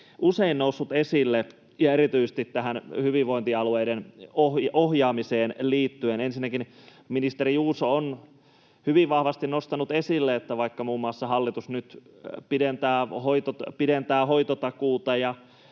usein nousseet esille erityisesti tähän hyvinvointialueiden ohjaamiseen liittyen. Ensinnäkin ministeri Juuso on hyvin vahvasti nostanut esille, että vaikka hallitus nyt säästötoimenpiteenä